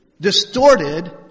distorted